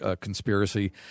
conspiracy